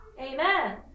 Amen